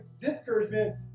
discouragement